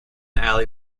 alley